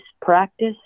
practice